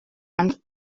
and